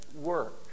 work